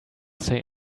say